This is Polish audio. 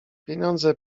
pieniądze